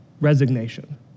resignation